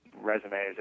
resumes